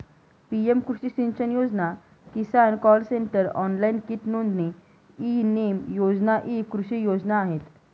PM कृषी सिंचन योजना, किसान कॉल सेंटर, ऑनलाइन कीट नोंदणी, ई नेम योजना इ कृषी योजना आहेत